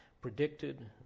predicted